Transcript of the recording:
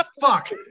Fuck